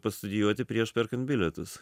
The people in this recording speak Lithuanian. pastudijuoti prieš perkant bilietus